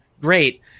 Great